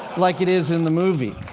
like it is in the movie.